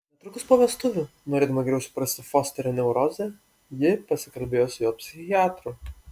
netrukus po vestuvių norėdama geriau suprasti fosterio neurozę ji pasikalbėjo su jo psichiatru